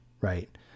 right